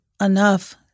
enough